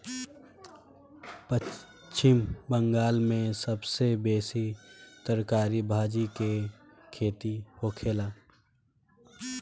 पश्चिम बंगाल में सबसे बेसी तरकारी भाजी के खेती होखेला